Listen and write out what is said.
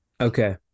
Okay